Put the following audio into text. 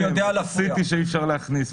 ה-CT שאי-אפשר להכניס,